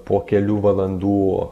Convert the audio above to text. po kelių valandų